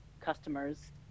customers